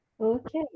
Okay